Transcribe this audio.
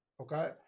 Okay